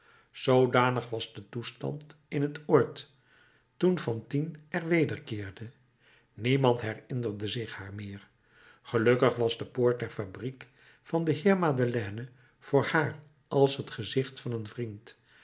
zoodanig was de toestand in het oord toen fantine er wederkeerde niemand herinnerde zich haar meer gelukkig was de poort der fabriek van den heer madeleine voor haar als het gezicht van een vriend